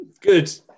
Good